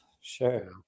Sure